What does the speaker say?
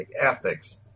ethics